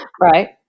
Right